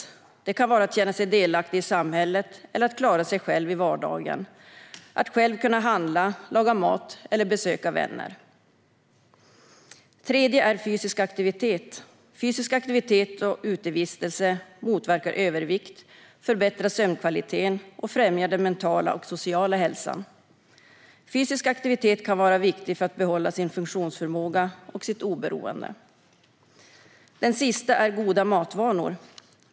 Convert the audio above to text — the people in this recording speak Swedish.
Detta kan innebära att känna sig delaktig i samhället eller att klara sig själv i vardagen - att själv kunna handla, laga mat eller besöka vänner. Den tredje pelaren är fysisk aktivitet. Fysisk aktivitet och utevistelse motverkar övervikt, förbättrar sömnkvaliteten och främjar den mentala och sociala hälsan. Fysisk aktivitet kan vara viktigt för att man ska behålla sin funktionsförmåga och sitt oberoende. Den sista pelaren är goda matvanor.